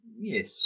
Yes